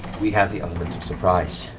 we have the sort of surprise.